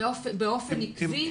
באופן עקבי.